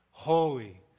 Holy